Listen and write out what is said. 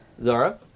Zara